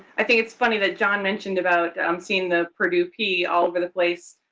i think it's funny that john mentioned about um seeing the purdue p all over the place.